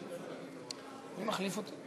אני נזהר מלתת מחמאות.